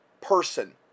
person